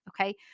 Okay